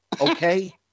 Okay